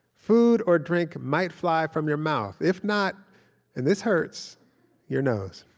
food or drink might fly from your mouth, if not and this hurts your nose.